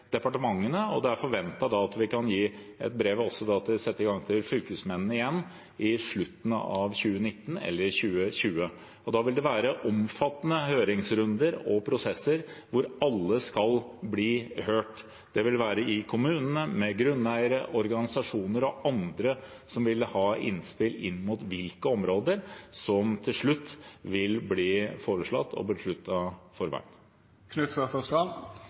departementene, og det er forventet at vi kan sette i gang fylkesmennene igjen i slutten av 2019 eller i 2020. Da vil det være omfattende høringsrunder og prosesser hvor alle skal bli hørt. Det vil være i kommunene, med grunneiere, organisasjoner og andre som vil ha innspill til hvilke områder som til slutt vil bli foreslått